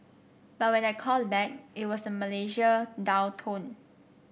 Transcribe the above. but when I called back it was a Malaysia dial tone